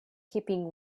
keeping